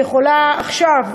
היא יכולה עכשיו,